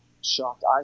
shocked